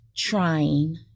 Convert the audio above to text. trying